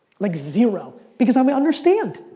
like zero. because um i understand,